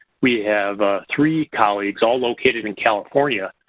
we have ah three colleagues, all located in california,